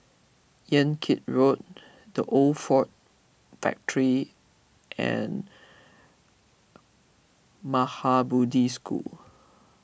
Yan Kit Road the Old Ford Factor and Maha Bodhi School